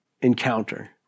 encounter